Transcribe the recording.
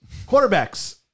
Quarterbacks